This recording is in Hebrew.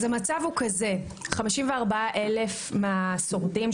המצב הוא כזה: 54 אלף מהשורדים,